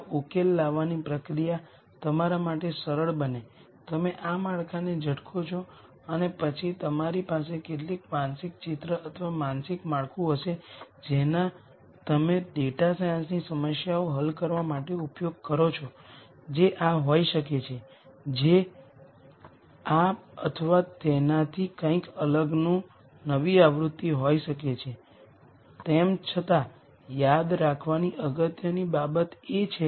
તેથી હું આશા રાખું છું કે અમે તમને કેટલીક મહત્વપૂર્ણ ખ્યાલોની સમજ આપી છે કે જેને તમે આ કોર્સમાં શીખવવા જઈ રહ્યા છો તે કેટલીક મટીરીઅલને સમજવા તમારે શીખવાની જરૂર છે અને જેમ મેં પહેલાં કહ્યું છે લિનિયર એલ્જીબ્રા એક વિશાળ વિષય છે